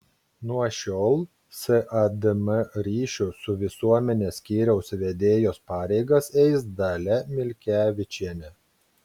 nuo šiol sadm ryšių su visuomene skyriaus vedėjos pareigas eis dalia milkevičienė